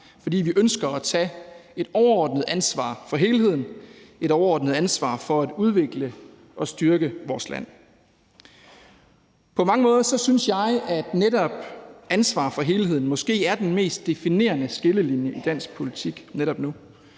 fordi vi ønsker at tage et overordnet ansvar for helheden, et overordnet ansvar for at udvikle og styrke vores land. På mange måder synes jeg at ansvar for helheden måske er den mest definerende skillelinje i dansk politik netop nu.